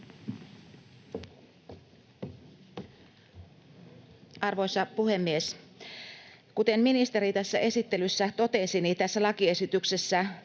Arvoisa puhemies! Kuten ministeri tässä esittelyssä totesi, tässä lakiesityksessä